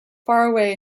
faraway